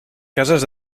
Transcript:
cases